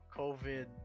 COVID